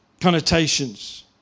connotations